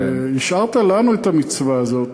והשארת לנו את המצווה הזאת,